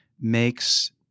makes